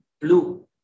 blue